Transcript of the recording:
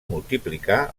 multiplicar